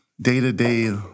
day-to-day